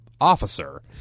officer